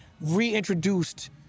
reintroduced